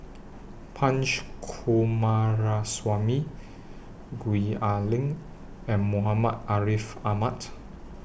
Punch Coomaraswamy Gwee Ah Leng and Muhammad Ariff Ahmad